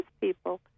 people